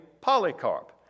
Polycarp